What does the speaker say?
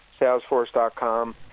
Salesforce.com